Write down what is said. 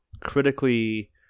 critically